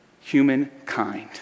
humankind